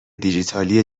دیجیتالی